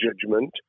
judgment